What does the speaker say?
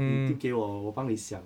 你丢给我我帮你想